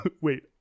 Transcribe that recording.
Wait